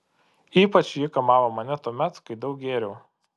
ypač ji kamavo mane tuomet kai daug gėriau